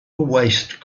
waste